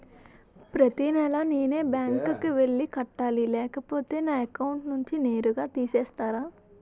ప్రతి నెల నేనే బ్యాంక్ కి వెళ్లి కట్టాలి లేకపోతే నా అకౌంట్ నుంచి నేరుగా తీసేస్తర?